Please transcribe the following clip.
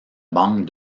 banque